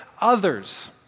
others